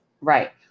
Right